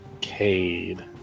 Cade